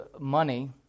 money